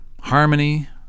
harmony